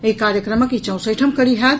एहि कार्यक्रमक ई चौसेठम कड़ी होयत